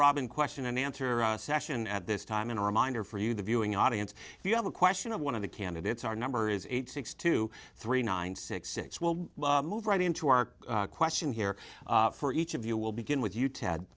robin question and answer session at this time and a reminder for you the viewing audience if you have a question of one of the candidates our number is eight six to three nine six six will move right into our question here for each of you will begin with you t